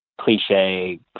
cliche